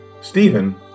Stephen